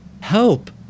help